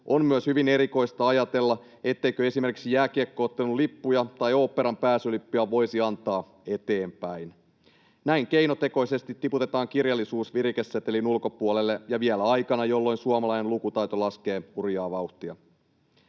on myös hyvin erikoista ajatella, etteikö esimerkiksi jääkiekko-ottelun lippuja tai oopperan pääsylippuja voisi antaa eteenpäin. Näin tiputetaan keinotekoisesti kirjallisuus virikesetelin ulkopuolelle ja vielä aikana, jolloin suomalaisten lukutaito laskee hurjaa vauhtia.